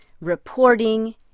reporting